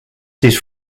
his